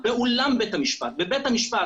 בבתי משפט